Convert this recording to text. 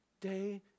Day